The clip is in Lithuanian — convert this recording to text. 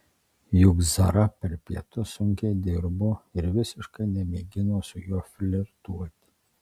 juk zara per pietus sunkiai dirbo ir visiškai nemėgino su juo flirtuoti